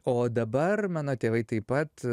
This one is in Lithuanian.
o dabar mano tėvai taip pat